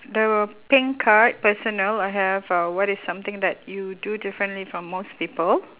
there were pink card personal I have uh what is something that you do differently from most people